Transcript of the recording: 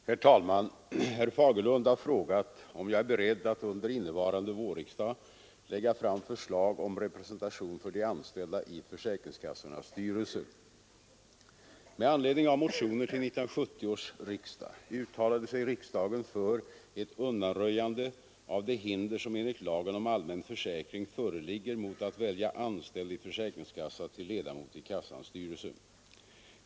Herr talman! Herr Fagerlund har frågat om jag är beredd att under innevarande vårriksdag lägga fram förslag om representation för de anställda i försäkringskassornas styrelser. Med anledning av motioner till 1970 års riksdag uttalade sig riksdagen för ett undanröjande av det hinder som enligt lagen om allmän försäkring föreligger mot att välja anställd i försäkringskassa till ledamot i kassans styrelse.